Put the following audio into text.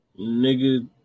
nigga